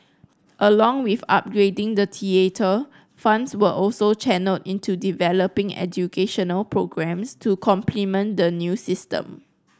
along with upgrading the theatre funds were also channelled into developing educational programmes to complement the new system